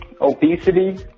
obesity